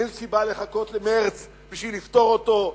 אין סיבה לחכות למרס בשביל לפתור אותו.